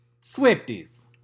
Swifties